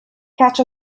catch